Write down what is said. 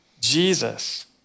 Jesus